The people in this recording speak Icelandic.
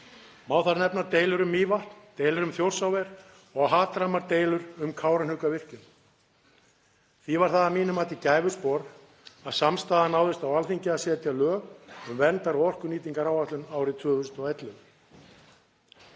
Má þar nefna deilur um Mývatn, deilur um Þjórsárver og hatrammar deilur um Kárahnjúkavirkjun. Því var það að mínu mati gæfuspor að samstaða náðist á Alþingi um að setja lög um verndar- og orkunýtingaráætlun árið 2011.